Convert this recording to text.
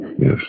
Yes